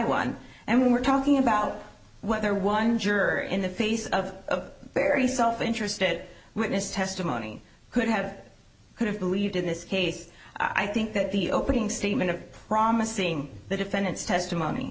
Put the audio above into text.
one and we were talking about whether one jerk in the face of a very self interested witness testimony could have could have believed in this case i think that the opening statement of promising the defendant's testimony